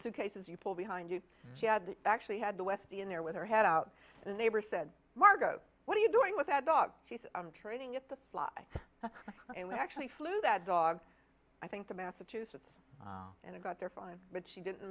suitcases you pull behind you she had actually had to westy in there with her head out and they were said margot what are you doing with that dog she's training at the fly and we actually flew that dog i think to massachusetts and it got there five but she didn't